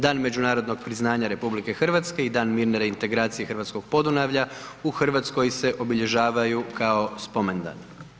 Dan međunarodnog priznanja RH i dan mirne reintegracije hrvatskog Podunavlja u Hrvatskoj se obilježavaju kao spomendani.